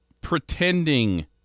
pretending